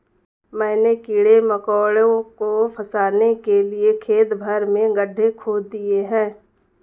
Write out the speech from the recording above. मैंने कीड़े मकोड़ों को फसाने के लिए खेत भर में गड्ढे खोद दिए हैं